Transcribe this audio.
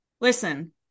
listen